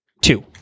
Two